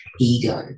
ego